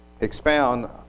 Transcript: expound